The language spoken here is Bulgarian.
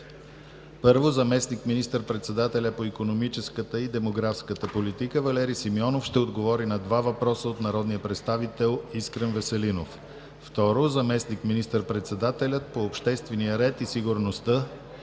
ч.: 1. Заместник министър-председателят по икономическата и демографската политика Валери Симеонов ще отговори на 2 въпроса от народния представител Искрен Веселинов. 2. Заместник министър-председателят по обществения ред и сигурността